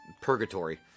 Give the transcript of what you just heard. purgatory